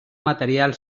material